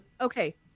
okay